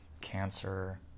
cancer